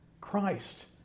Christ